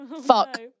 Fuck